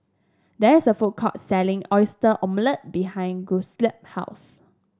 there is a food court selling Oyster Omelette behind Giuseppe's house